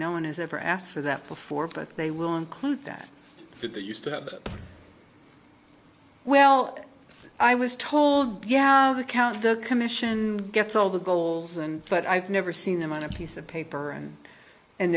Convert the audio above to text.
no one has ever asked for that before but they will include that that they used to have well i was told yeah the count of the commission gets all the goals and but i've never seen them on a piece of paper and and